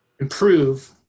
improve